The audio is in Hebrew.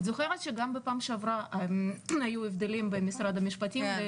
את זוכרת שגם בפעם שעברה היו הבדלים בין משרד המשפטים ו